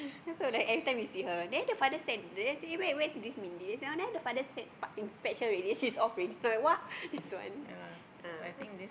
after that every time we see her there the father send then say eh where where is this Mindy say oh there the father send fetch her already then after that she's off already say !wah! this one ah